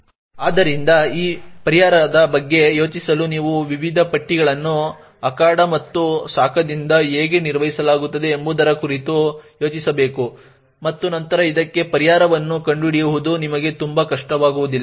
ಆದ್ದರಿಂದ ಈ ಪರಿಹಾರದ ಬಗ್ಗೆ ಯೋಚಿಸಲು ನೀವು ವಿವಿಧ ಪಟ್ಟಿಗಳನ್ನು ಅಖಾಡ ಮತ್ತು ಶಾಖದಿಂದ ಹೇಗೆ ನಿರ್ವಹಿಸಲಾಗುತ್ತದೆ ಎಂಬುದರ ಕುರಿತು ಯೋಚಿಸಬೇಕು ಮತ್ತು ನಂತರ ಇದಕ್ಕೆ ಪರಿಹಾರವನ್ನು ಕಂಡುಹಿಡಿಯುವುದು ನಿಮಗೆ ತುಂಬಾ ಕಷ್ಟವಾಗುವುದಿಲ್ಲ